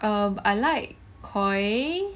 um I like koi